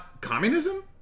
communism